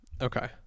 Okay